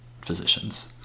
physicians